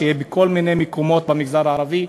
שיהיה בכל מיני מקומות במגזר הערבי,